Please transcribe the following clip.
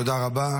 תודה רבה.